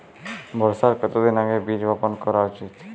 বর্ষার কতদিন আগে বীজ বপন করা উচিৎ?